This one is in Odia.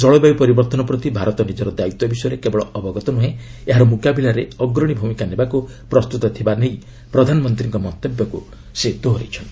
ଜଳବାୟୁ ପରିବର୍ତ୍ତନ ପ୍ରତି ଭାରତ ନିଜର ଦାୟିତ୍ୱ ବିଷୟରେ କେବଳ ଅବଗତ ନୁହେଁ ଏହାର ମୁକାବିଲାରେ ଅଗ୍ରଣୀ ଭୂମିକା ନେବାକୁ ପ୍ରସ୍ତୁତ ଥିବା ନେଇ ପ୍ରଧାନମନ୍ତ୍ରୀଙ୍କ ମନ୍ତବ୍ୟକୁ ସେ ଦୋହରାଇଛନ୍ତି